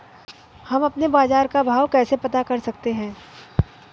हम अपने बाजार का भाव कैसे पता कर सकते है?